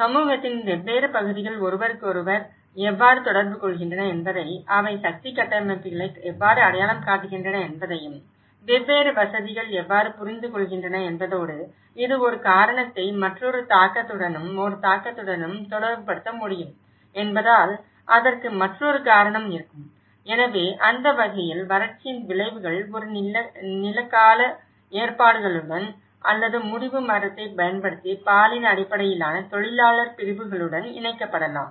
சமூகத்தின் வெவ்வேறு பகுதிகள் ஒருவருக்கொருவர் எவ்வாறு தொடர்பு கொள்கின்றன என்பதையும் அவை சக்தி கட்டமைப்புகளை எவ்வாறு அடையாளம் காட்டுகின்றன என்பதையும் வெவ்வேறு வசதிகள் எவ்வாறு புரிந்துகொள்கின்றன என்பதோடு இது ஒரு காரணத்தை மற்றொரு தாக்கத்துடனும் ஒரு தாக்கத்துடனும் தொடர்புபடுத்த முடியும் என்பதால் அதற்கு மற்றொரு காரணம் இருக்கும் எனவே அந்த வகையில் வறட்சியின் விளைவுகள் ஒரு நிலக்கால ஏற்பாடுகளுடன் அல்லது முடிவு மரத்தைப் பயன்படுத்தி பாலின அடிப்படையிலான தொழிலாளர் பிரிவுகளுடன் இணைக்கப்படலாம்